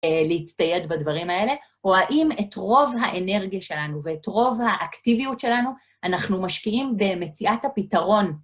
להצטייד בדברים האלה, או האם את רוב האנרגיה שלנו ואת רוב האקטיביות שלנו, אנחנו משקיעים במציאת הפתרון.